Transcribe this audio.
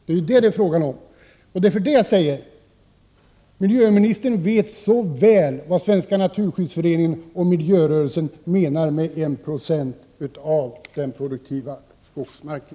Det är ju detta som det gäller, och det är därför som jag vill säga: Miljöministern vet så väl vad Svenska naturskyddsföreningen och miljörörelsen menar med en procent av den produktiva skogsmarken.